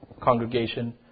congregation